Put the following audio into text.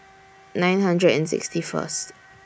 nine hundred and sixty First